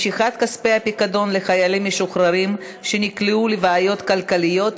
משיכת כספי הפיקדון לחיילים משוחררים שנקלעו לבעיות כלכליות),